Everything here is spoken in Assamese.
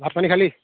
ভাত পানী খালি